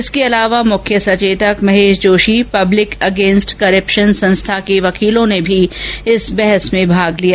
इसके अलावा मुख्य सचेतक Mahesh Joshi public against corruption संस्था के वकीलों ने भी इस बहस में भाग लिया